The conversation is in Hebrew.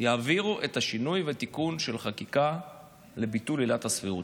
יעבירו את השינוי והתיקון של חקיקה לביטול עילת הסבירות.